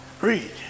Read